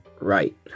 Right